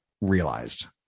realized